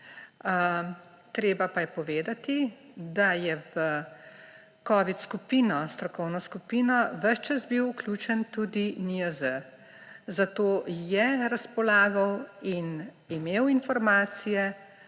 treba pa je povedati, da je v covid skupino, strokovno skupino, ves čas bilj vključen tudi NIJZ, zato je razpolagal in imel informacije,